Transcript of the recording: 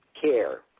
care